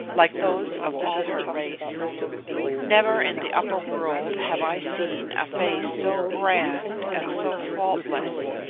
like those of all her race never in the upper world have i seen a face so grand and so faultless,